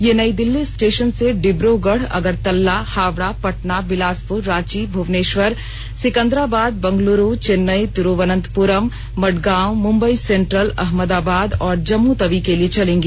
ये नई दिल्ली स्टेशन से डिब्र्गढ़ अगरतला हावड़ा पटना बिलासपुर रांची भुवनेश्वर सिकंदराबाद बंगलुरू चेन्नई तिरुवनंतपुरम मडगांव मुंबई सेंट्रल अहमदाबाद और जम्मुतवी के लिए चलेंगी